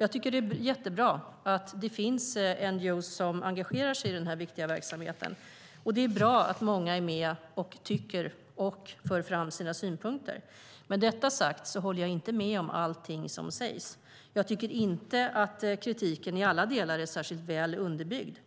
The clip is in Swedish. Jag tycker att det är jättebra att det finns NGO:er som engagerar sig i den här viktiga verksamheten, och det är bra att många är med och tycker till och framför sina synpunkter. Med detta sagt vill jag påpeka att jag inte håller med om allting som sägs. Jag tycker inte att kritiken i alla delar är särskilt väl underbyggd.